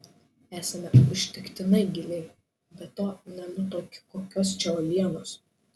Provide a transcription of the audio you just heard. esame užtektinai giliai be to nenutuokiu kokios čia uolienos